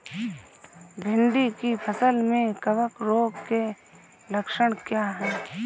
भिंडी की फसल में कवक रोग के लक्षण क्या है?